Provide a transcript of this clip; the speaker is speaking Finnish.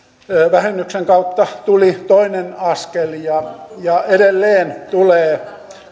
kautta tuli toinen askel ja edelleen tulee